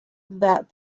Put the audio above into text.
that